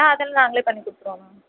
ஆ அதெல்லாம் நாங்களே பண்ணி கொடுத்துருவோண்ணா